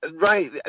right